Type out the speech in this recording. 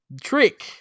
trick